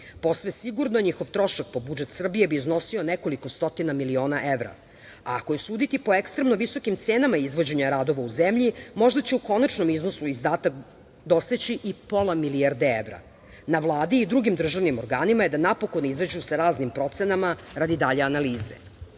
Po sve sigurno, njihov trošak po budžet Srbije bi iznosio nekoliko stotina miliona evra, a ako je suditi po ekstremno visokim cenama izvođenja radova u zemlji možda će u konačnom iznosu izdatak doseći i pola milijarde evra. Na Vladi i drugim državnim organima je da napokon izađu sa raznim procenama radi dalje analize.